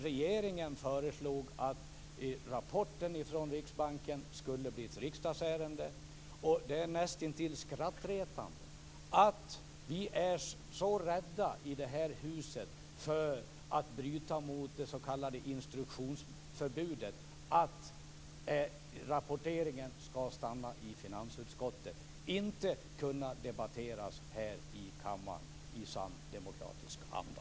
Regeringen föreslog att rapporten från Riksbanken skulle bli ett riksdagsärende. Det är näst intill skrattretande att vi i det här huset är så rädda för att bryta mot det s.k. instruktionsförbudet, att rapporteringen skall stanna i finansutskottet och att den inte skall kunna debatteras här i kammaren i sann demokratisk anda.